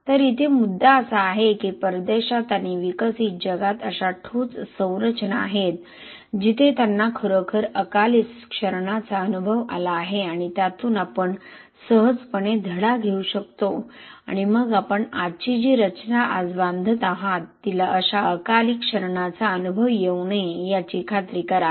तर इथे मुद्दा असा आहे की परदेशात आणि विकसित जगात अशा ठोस संरचना आहेत जिथे त्यांना खरोखर अकाली क्षरणाचा अनुभव आला आहे आणि त्यातून आपण सहजपणे धडा घेऊ शकतो आणि मग आपण आजची जी रचना आज बांधत आहात तिला अशा अकाली क्षरणाचा अनुभव येऊ नये याची खात्री करा